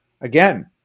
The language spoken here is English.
again